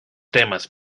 temas